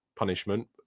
punishment